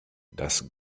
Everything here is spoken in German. das